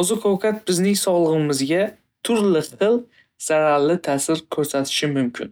Oziq-ovqat bizning sog'lig'imizga turli xil zararli ta'sir ko'rsatishi mumkin.